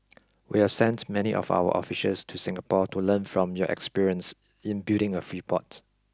we have sent many of our officials to Singapore to learn from your experience in building a free port